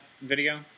video